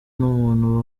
n’umuntu